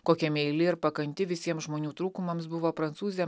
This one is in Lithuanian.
kokia meili ir pakanti visiems žmonių trūkumams buvo prancūzė